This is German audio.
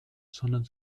sondern